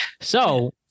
So-